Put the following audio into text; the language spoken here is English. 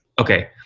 Okay